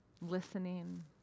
listening